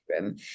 room